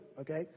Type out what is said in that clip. okay